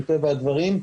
מטבע הדברים,